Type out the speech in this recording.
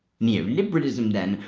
neoliberalism, then,